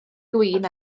gwin